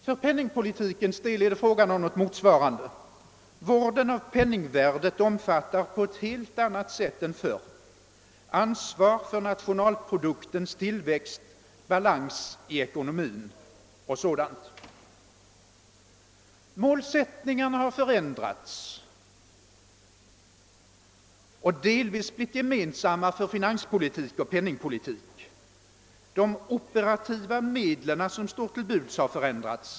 För penningpolitikens del är det fråga om någonting motsvarande. Vården av penningvärdet omfattar på ett helt annat sätt än förr ansvar för nationalproduktens tillväxt, balans i ekonomin och sådant. Målsättningarna har förändrats och delvis blivit gemensamma för finanspolitik och penningpolitik. De operativa medlen som står till buds har förändrats.